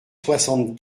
soixante